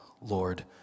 Lord